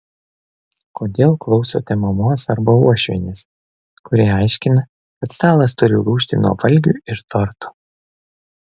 kodėl klausote mamos arba uošvienės kuri aiškina kad stalas turi lūžti nuo valgių ir tortų